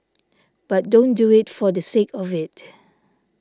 but don't do it for the sake of it